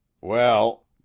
Well